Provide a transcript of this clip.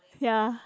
ya